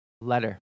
letter